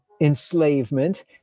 enslavement